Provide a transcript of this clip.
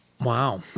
Wow